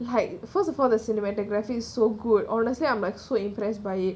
like first of all the cinematography is so good honestly I'm like so impressed by it